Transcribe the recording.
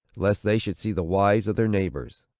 lest they should see the wives of their neighbors.